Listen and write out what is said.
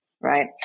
right